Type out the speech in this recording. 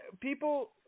people